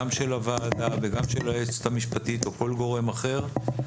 גם של הוועדה וגם של היועצת המשפטית לממשלה או כל גורם אחר,